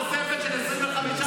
הייתה לך תוספת של 25 מיליון.